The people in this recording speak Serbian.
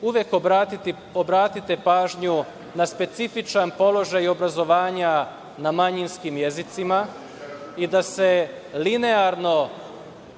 uvek obratite pažnju na specifičan položaj obrazovanja na manjinskim jezicima i da se linearno